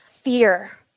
Fear